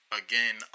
again